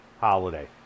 holiday